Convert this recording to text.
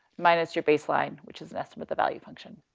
minus your baseline, which is an estimate the value function.